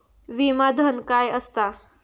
विमा धन काय असता?